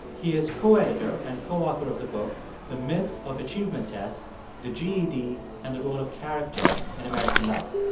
he is co-editor and co-author of the book the myth of achievement tests the ged and the role of character in american life.